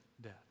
death